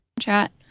Chat